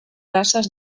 races